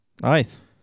Nice